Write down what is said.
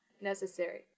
Necessary